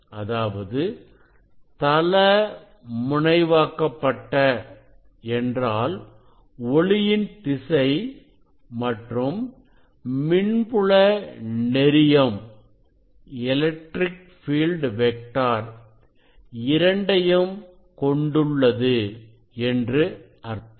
அதாவது தள முனைவாக்கப்பட்ட என்றால் ஒளியின் திசை மற்றும் மின்புல நெறியம் இரண்டையும் கொண்டுள்ளது என்று அர்த்தம்